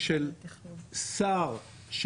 של שר,